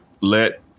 let